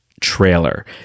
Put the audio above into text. trailer